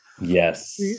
Yes